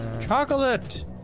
Chocolate